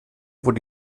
wurde